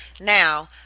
Now